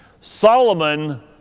Solomon